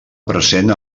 present